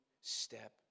step